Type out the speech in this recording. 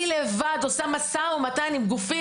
אני לבד עושה משא ומתן עם גופים,